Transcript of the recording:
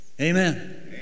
Amen